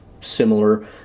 similar